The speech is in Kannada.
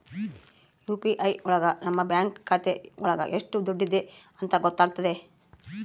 ಯು.ಪಿ.ಐ ಒಳಗ ನಮ್ ಬ್ಯಾಂಕ್ ಖಾತೆ ಒಳಗ ಎಷ್ಟ್ ದುಡ್ಡಿದೆ ಅಂತ ಗೊತ್ತಾಗ್ತದೆ